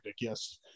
yes